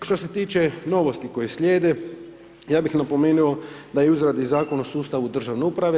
Što se tiče novosti koje slijede, ja bih napomenuo da je u izradi zakon o sustavu državne uprave.